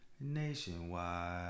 Nationwide